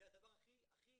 הדבר הכי